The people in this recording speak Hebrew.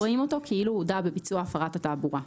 רואים אותו כאילו הודה בביצוע הפרת התעבורה.